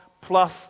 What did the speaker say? plus